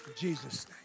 Jesus